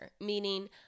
meaning